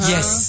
Yes